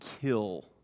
kill